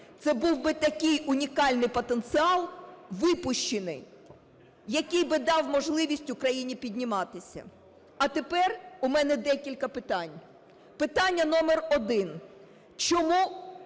це був би такий унікальний потенціал випущений, який би дав можливість Україні підніматися. А тепер у мене декілька питань. Питання номер один. Чому